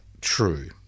true